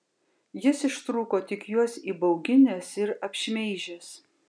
jis ištrūko tik juos įbauginęs ir apšmeižęs